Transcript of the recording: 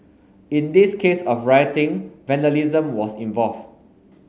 in this case of rioting vandalism was involved